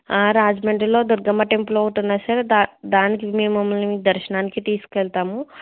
రాజమండ్రిలో దుర్గమ్మ టెంపుల్ ఒకటి ఉన్నది సార్ ద దానికి మిమ్మల్ని మేము దర్శనానికి తీసుకెళతాము